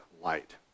light